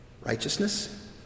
righteousness